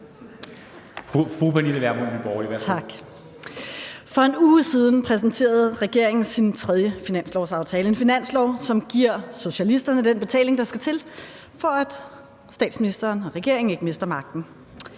For en uge siden præsenterede regeringen sin tredje finanslovsaftale, en finanslovsaftale, som giver socialisterne den betaling, der skal til, for at statsministeren og regeringen ikke mister magten.